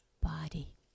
body